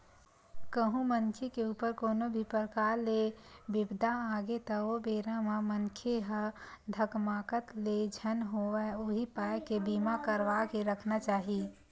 कहूँ मनखे के ऊपर कोनो भी परकार ले बिपदा आगे त ओ बेरा म मनखे ह धकमाकत ले झन होवय उही पाय के बीमा करवा के रखना चाही